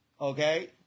okay